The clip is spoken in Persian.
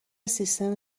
سیستم